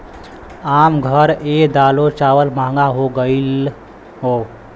आम घर ए दालो चावल महंगा हो गएल हौ